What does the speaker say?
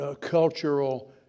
cultural